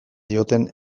dioten